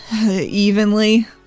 evenly